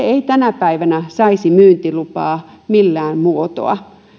ei tänä päivänä saisi myyntilupaa millään muotoa